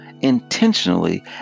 intentionally